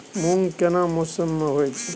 मूंग केना मौसम में होय छै?